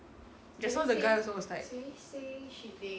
just now the guy also was like